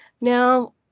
Now